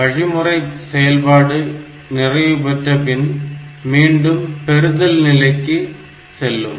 வழிமுறை செயல்பாடு நிறைவு பெற்ற பின் மீண்டும் பெறுதல் நிலைக்கு செல்லும்